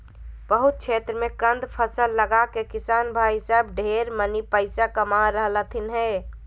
बहुत क्षेत्र मे कंद फसल लगाके किसान भाई सब ढेर मनी पैसा कमा रहलथिन हें